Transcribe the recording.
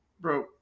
Bro